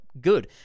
good